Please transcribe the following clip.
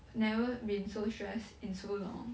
I never been so stressed in so long